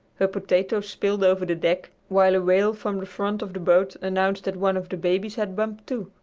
her potatoes spilled over the deck, while a wail from the front of the boat announced that one of the babies had bumped, too.